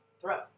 Throw